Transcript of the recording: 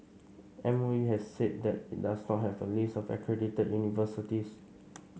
M O E has said that it does not have a list of accredited universities